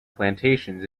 plantations